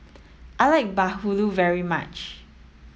I like Bahulu very much